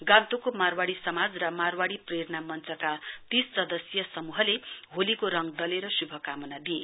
गान्तोकको मारवाड़ी समाज र मारवाड़ी प्रेरण मञ्चका तीस सदस्यीय समूहले होलीको रंग ढलेर शुभकामना दिए